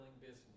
business